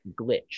glitch